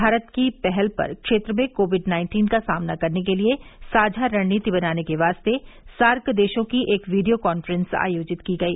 भारत की पहल पर क्षेत्र में कोविड नाइन्टीन का सामना करने के लिए साझा रणनीति बनाने के वास्ते सार्क देशों की एक वीडियो कॉन्फ्रेंस आयोजित की गई